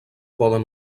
poden